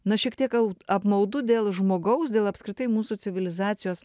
na šiek tiek apmaudu dėl žmogaus dėl apskritai mūsų civilizacijos